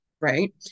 right